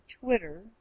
Twitter